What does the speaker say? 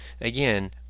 again